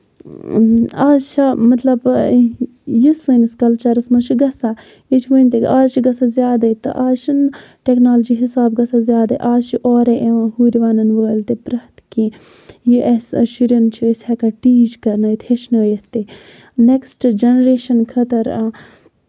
آز چھِ مطلب یہِ سٲنِس کَلچرَس منٛز چھُ گژھان یہِ چھُ ونہِ تہِ آز چھُ گژھان زیادَے تہٕ آز چھُنہٕ ٹیٚکنالجی حِسابہٕ گژھان زیادَے آز چھُ اورَے یِوان ہُر وَنن وٲلۍ تہِ پرٮ۪تھ کیٚنٛہہ یہِ اَسہِ شُرٮ۪ن چھِ ہیٚکان ٹیٖچ کرنٲیتھ ہٮ۪چھنٲیتھ تہِ نیکٕسٹ جنریشن خٲطرٕ